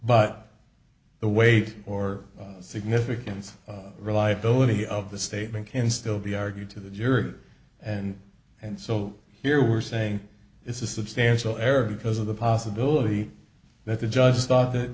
but the weight or significance reliability of the statement can still be argued to the jury and and so here we're saying it's a substantial error because of the possibility that the just thought that